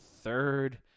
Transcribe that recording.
third